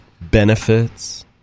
benefits